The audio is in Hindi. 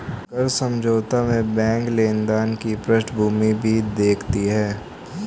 कर्ज समझौता में बैंक लेनदार की पृष्ठभूमि भी देखती है